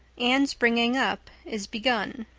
anne's bringing-up is begun